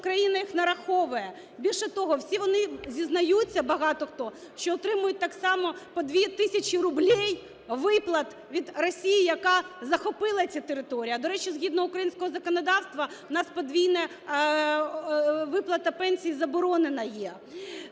Україна їх нараховує. Більше того, всі вони зізнаються, багато хто, що отримують так само по дві тисячірублей виплат від Росії, яка захопила ці території, а, до речі, згідно українського законодавства, у нас подвійна виплата пенсій заборонена є.